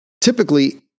typically